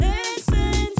Listen